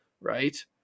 right